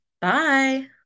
Bye